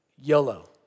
YOLO